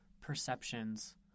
perceptions